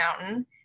Mountain